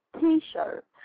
T-shirt